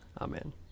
Amen